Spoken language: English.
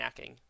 snacking